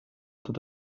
tot